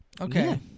Okay